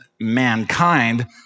mankind